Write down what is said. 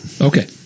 Okay